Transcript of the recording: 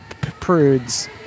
prudes